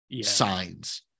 signs